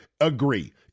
agree